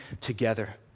together